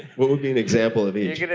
what would be an example of each? and